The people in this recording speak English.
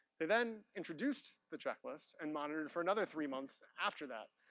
they then introduced the checklist and monitored for another three months after that.